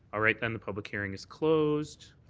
all right, then, the public hearing is closed.